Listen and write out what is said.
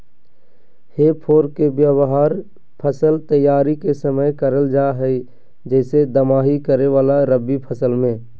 हे फोर्क के व्यवहार फसल तैयारी के समय करल जा हई, जैसे दमाही करे वाला रवि फसल मे